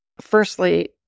Firstly